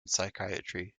psychiatry